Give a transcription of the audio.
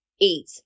eat